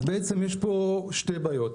אז בעצם יש פה שתי בעיות.